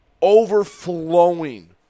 overflowing